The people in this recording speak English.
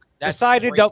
decided